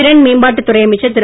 திறன் மேம்பாட்டுத் துறை அமைச்சர் திரு